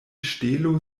ŝtelo